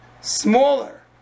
smaller